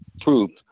proved